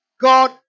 God